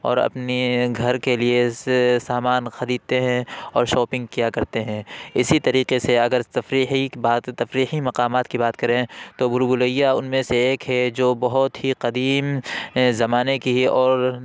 اور اپنے گھر کے لیے سامان خریدتے ہیں اور شاپنگ کیا کرتے ہیں اسی طریقے سے اگر تفریحی بات تفریحی مقامات کی بات کریں تو بھول بھلیاں ان میں سے ایک ہے جو بہت ہی قدیم زمانے کی ہے اور